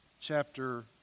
chapter